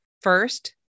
first